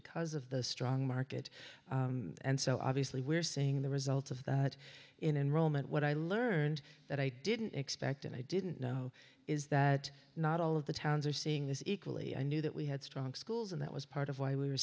because of the strong market and so obviously we're seeing the results of that in rome and what i learned that i didn't expect and i didn't know is that not all of the towns are seeing this equally i knew that we had strong schools and that was part of why we were